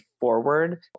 forward